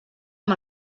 amb